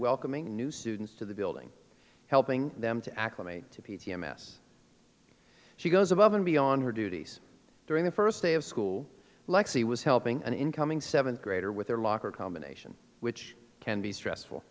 welcoming new students to the building helping them to acclimate to p m s she goes above and beyond her duties during the first day of school lexi was helping an incoming seventh grader with her locker combination which can be stressful